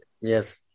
Yes